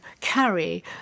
carry